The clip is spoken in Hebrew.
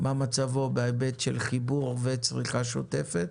מה מצבו בהיבט של חיבור וצריכה שותפת.